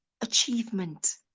achievement